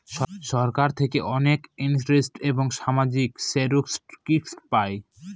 সরকার থেকে অনেক ইন্সুরেন্স এবং সামাজিক সেক্টর স্কিম পায়